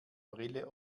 brille